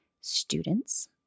Students